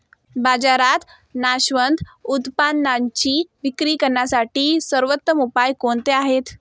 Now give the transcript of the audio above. बाजारात नाशवंत उत्पादनांची विक्री करण्यासाठी सर्वोत्तम उपाय कोणते आहेत?